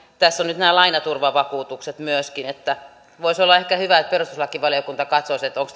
tässä on nyt nämä lainaturvavakuutukset myöskin voisi olla ehkä hyvä että perustuslakivaliokunta katsoisi onko